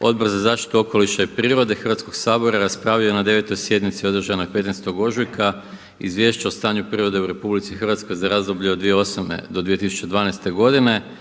Odbor za zaštitu okoliša i prirode Hrvatskoga sabora raspravio je na 9. sjednici održanoj 15. ožujka Izvješće o stanju prirode u RH za razdoblje od 2008. do 2012. godine